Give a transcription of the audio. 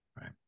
right